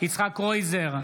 יצחק קרויזר,